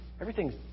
everything's